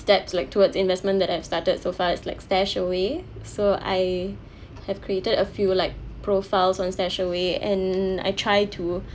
steps like towards investment that I've started so far it's like StashAway so I have created a few like profiles on StashAway and I try to